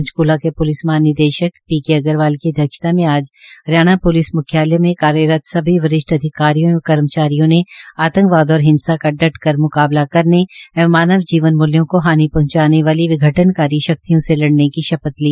पंचकूला के प्लिस महानिदेशक Shri P K Agarwal की अध्यक्षता में आज हरियाणा प्लिस म्ख्यालय मे कार्यरत सभी वरिष्ठ अधिकारियों एवं कर्मचारियों ने आंतकवाद और हिंसा का डट कर म्काबला करने एवं मानव जीवन मूल्यों को हानि पहंचाने वाली विघटन्कारी शक्तियों से लड़ने की शपथ ली